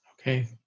Okay